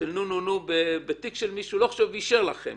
של "נו-נו-נו" בתיק של מישהו, אבל אישר לכם